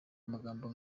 amagambo